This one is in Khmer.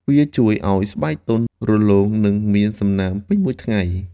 វាជួយឲ្យស្បែកទន់ រលោង និងមានសំណើមពេញមួយថ្ងៃ។